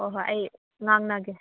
ꯍꯣꯏ ꯍꯣꯏ ꯑꯩ ꯉꯥꯡꯅꯒꯦ